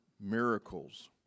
miracles